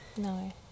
no